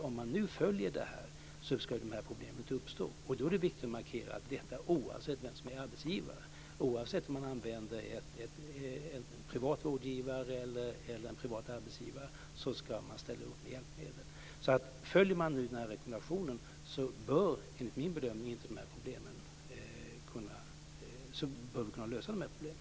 Om man nu följer det här ska dessa problem inte uppstå. Det är då viktigt att markera att detta gäller oavsett vem som är arbetsgivare. Oavsett om man använder kommunala eller privata arbetsgivare ska de ställa upp med hjälpmedel. Om vi följer den här rekommendationen bör vi, enligt min bedömning, kunna lösa de här problemen.